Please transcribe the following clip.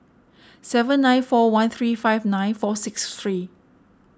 seven nine four one three five nine four six three